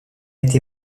été